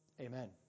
Amen